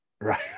right